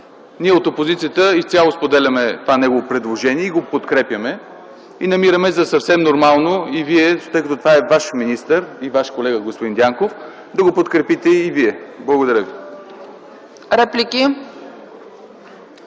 Ние от опозицията изцяло споделяме това негово предложение и го подкрепяме. Намираме за съвсем нормално и вие, след като това е ваш министър и ваш колега, господин Дянков, да го подкрепите и Вие. ПРЕДСЕДАТЕЛ ЦЕЦКА